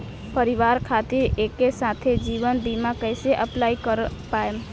परिवार खातिर एके साथे जीवन बीमा कैसे अप्लाई कर पाएम?